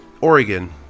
Oregon